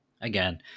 Again